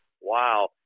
wow